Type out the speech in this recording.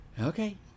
Okay